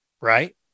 Right